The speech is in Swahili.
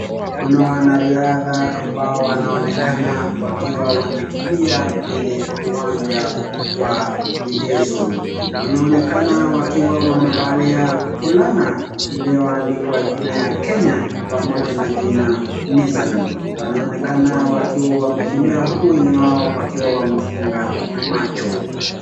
Kuna wanariadha ambao wanaonekana wakiwa wanakimbia kwenye uwanja wa michezo, wanaonekana wakiwa ama wamevalia fulana iliyoandikwa jina ya Kenya pamoja na jina NISSAN, wanaonekana wakiwa wamekimbia huku wengine wao wakiwa wamefunga macho.